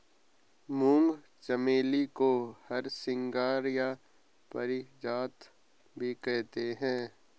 मूंगा चमेली को हरसिंगार या पारिजात भी कहते हैं